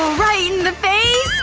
the face?